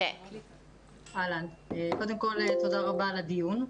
קודם כל, תודה רבה על הדיון.